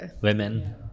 Women